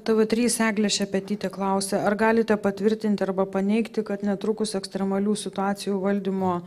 tv trys eglė šepetytė klausia ar galite patvirtinti arba paneigti kad netrukus ekstremalių situacijų valdymo